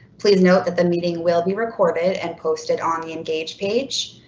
please note that the meeting will be recorded and posted on the engage page.